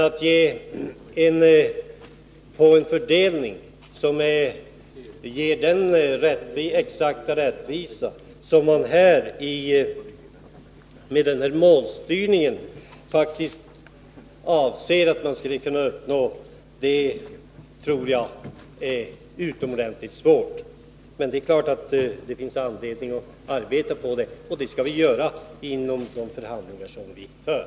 Att få en fördelning som ger den exakta rättvisa, som man faktiskt avser att uppnå med den här målstyrningen, tror jag emellertid skulle bli utomordentligt svårt. Men det är klart att det finns anledning att arbeta på det, och det skall vi göra vid de förhandlingar som vi för.